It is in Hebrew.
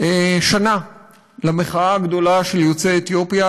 שנה למחאה הגדולה של יוצאי אתיופיה,